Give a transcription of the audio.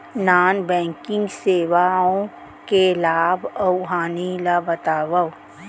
non banking सेवाओं के लाभ अऊ हानि ला बतावव